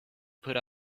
put